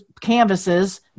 canvases